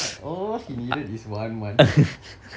all he needed is one month